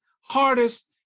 hardest